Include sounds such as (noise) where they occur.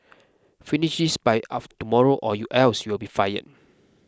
finish this by (unintelligible) tomorrow or you else you'll be fire